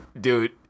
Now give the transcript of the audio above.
Dude